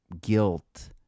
guilt